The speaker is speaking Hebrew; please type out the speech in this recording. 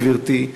גברתי,